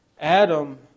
Adam